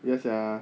ya ya